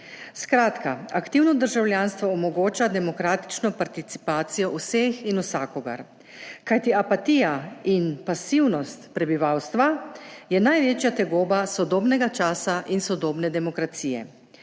Skratka, aktivno državljanstvo omogoča demokratično participacijo vseh in vsakogar, kajti apatija in pasivnost prebivalstva sta največji tegobi sodobnega časa in sodobne demokracije.